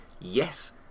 Yes